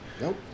Nope